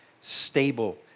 stable